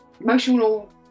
emotional